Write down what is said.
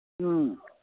ꯎꯝ